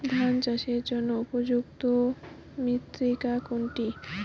ধান চাষের জন্য উপযুক্ত মৃত্তিকা কোনটি?